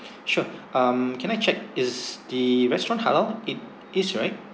sure um can I checked is the restaurant halal it is right